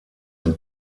ein